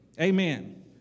Amen